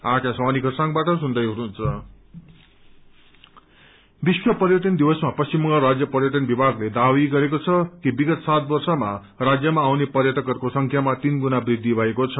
tourism day विश्व पर्यटन दिवसमा पश्चिम बंगाल राज्य पर्यटन विभगले दावी गरेको छ कि विगत सात वर्षमा राज्यमा आउने पर्यटकहरूको संख्यामा तीन गुणा वृद्धि भएको छ